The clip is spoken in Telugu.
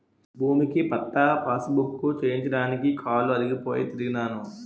భూమిక పట్టా పాసుబుక్కు చేయించడానికి కాలు అరిగిపోయి తిరిగినాను